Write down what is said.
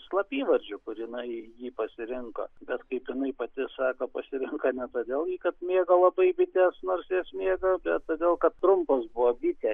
slapyvardžiu kur jinai jį pasirinko bet kaip jinai pati sako pasirenka ne todėl ji kad mėgo labai bites nors jas mėgo bet todėl kad trumpas buvo bitė